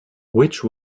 which